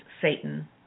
Satan